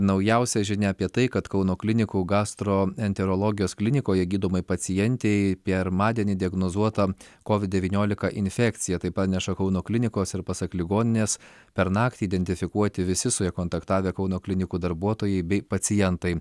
naujausia žinia apie tai kad kauno klinikų gastroenterologijos klinikoje gydomai pacientei pirmadienį diagnozuota kovid devyniolika infekcija tai praneša kauno klinikos ir pasak ligoninės per naktį identifikuoti visi su ja kontaktavę kauno klinikų darbuotojai bei pacientai